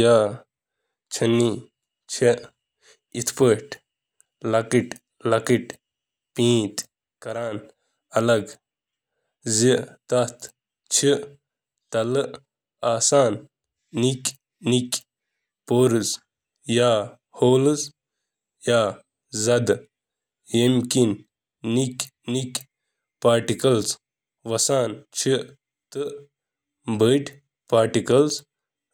یم چھلنی پلیٹہٕ چِھ ٹھیک آٹے کین ذرات چھلنی پلیٹ کیٛن سوراخو سۭتۍ گزرنک اجازت دیوان ییلہٕ زن بٔڑ نجاست چِھ نہٕ اتھ منٛزٕ گزرتھ تہٕ چھلنس پیٹھ